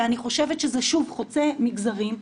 ואני חושבת שזה, שוב, חוצה מגזרים.